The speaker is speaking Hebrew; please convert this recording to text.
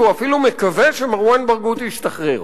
והוא אפילו מקווה שמרואן ברגותי ישתחרר.